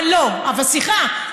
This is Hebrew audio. אבל סליחה,